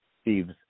Steve's